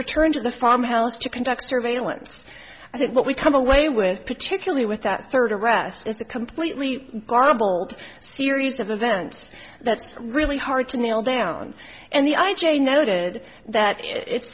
returned to the farmhouse to conduct surveillance i think what we come away with particularly with that third arrest is a completely garbled series of events that's really hard to nail down and the i j a noted that it